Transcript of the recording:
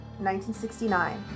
1969